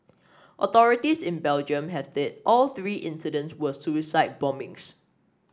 authorities in Belgium have said all three incidents were suicide bombings